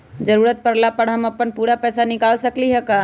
जरूरत परला पर हम अपन पूरा पैसा निकाल सकली ह का?